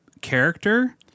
character